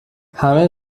همه